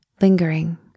lingering